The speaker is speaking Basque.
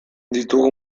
ditugu